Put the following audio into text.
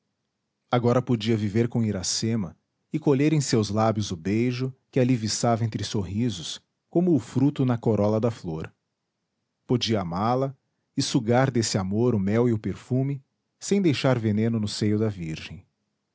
agora podia viver com iracema e colher em seus lábios o beijo que ali viçava entre sorrisos como o fruto na corola da flor podia amá-la e sugar desse amor o mel e o perfume sem deixar veneno no seio da virgem